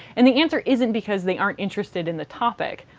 and the answer isn't because they aren't interested in the topic.